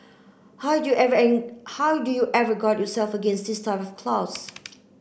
how do you ever how do you ever guard yourself against this type of clause